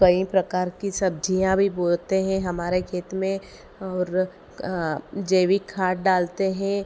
कई प्रकार की सब्ज़ियाँ भी बोते हैं हमारे खेत में और जैविक खाद डालते हैं